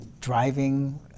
driving